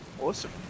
Awesome